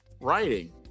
writing